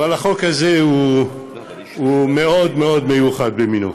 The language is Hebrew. אבל החוק הזה הוא מאוד מאוד מיוחד במינו.